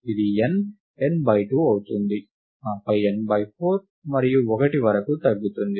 ఇది n n by 2 అవుతుంది ఆపై n బై 4 మరియు 1 వరకు తగ్గుతుంది